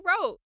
wrote